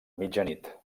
mitjanit